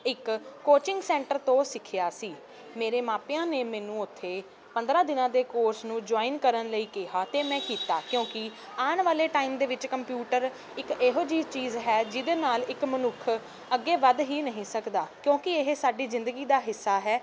ਇੱਕ coaching centre ਤੋਂ ਸਿੱਖਿਆ ਸੀ ਮੇਰੇ ਮਾਪਿਆਂ ਨੇ ਮੈਨੂੰ ਉੱਥੇ ਪੰਦਰ੍ਹਾਂ ਦਿਨਾਂ ਦੇ ਕੋਰਸ ਨੂੰ ਜੁਆਇਨ ਕਰਨ ਲਈ ਕਿਹਾ ਅਤੇ ਮੈਂ ਕੀਤਾ ਕਿਉਂਕਿ ਆਉਣ ਵਾਲੇ ਟਾਈਮ ਦੇ ਵਿੱਚ ਕੰਪਿਊਟਰ ਇੱਕ ਇਹੋ ਜਿਹੀ ਚੀਜ਼ ਹੈ ਜਿਹਦੇ ਨਾਲ ਇੱਕ ਮਨੁੱਖ ਅੱਗੇ ਵੱਧ ਹੀ ਨਹੀਂ ਸਕਦਾ ਕਿਉਂਕਿ ਇਹ ਸਾਡੀ ਜ਼ਿੰਦਗੀ ਦਾ ਹਿੱਸਾ ਹੈ